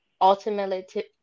ultimately